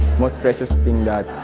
most precious thing